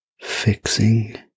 fixing